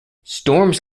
storms